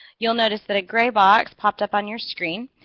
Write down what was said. you will notice that a grey box popped up on your screen.